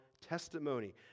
testimony